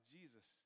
Jesus